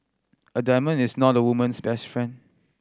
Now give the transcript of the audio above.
a diamond is not a woman's best friend